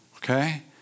Okay